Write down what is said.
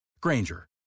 Granger